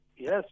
Yes